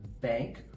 bank